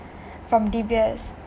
from D_B_S